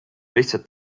lihtsalt